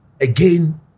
again